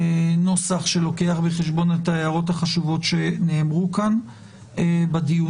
נוסח שלוקח בחשבון את ההערות החשובות שנאמרו כאן בדיונים.